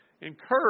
Encourage